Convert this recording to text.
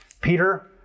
Peter